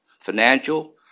financial